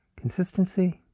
consistency